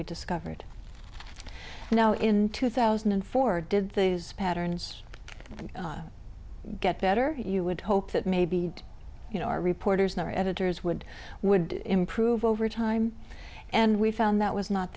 we discovered now in two thousand and four did these patterns get better you would hope that maybe you know our reporters know our editors would would improve over time and we found that was not